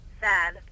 Sad